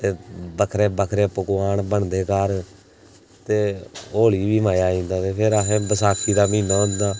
ते बक्खरे बक्खरे पकवान बनदे घर ते होली बी मजा आई जंदा ते फिर असें बसाखी दा म्हीना होंदा